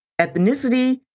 ethnicity